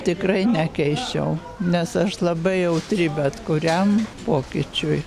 tikrai nekeisčiau nes aš labai jautri bet kuriam pokyčiui